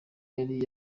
yari